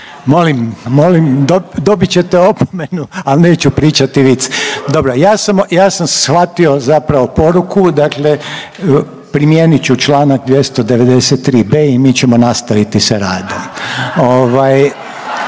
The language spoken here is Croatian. Molim dobit ćete opomenu, ali neću pričati vic. Dobro, ja sam shvatio zapravo poruku, dakle primijenit ću članak 293b. i mi ćemo nastaviti sa radom.